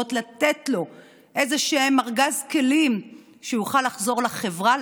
שאמורות לתת לו איזשהו ארגז כלים כדי שהוא יוכל לחזור לחברה,